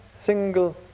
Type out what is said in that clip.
single